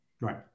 Right